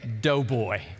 Doughboy